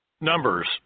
Numbers